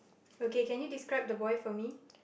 okay can you describe the boy for me